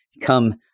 come